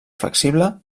flexible